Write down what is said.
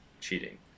cheating